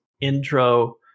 intro